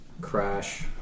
Crash